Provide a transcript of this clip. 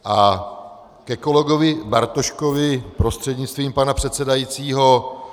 A ke kolegovi Bartoškovi prostřednictvím pana předsedajícího.